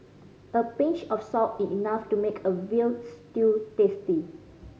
a pinch of salt is enough to make a veal stew tasty